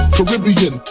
Caribbean